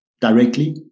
directly